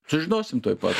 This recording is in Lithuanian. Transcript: sužinosim tuoj pat